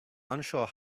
unsure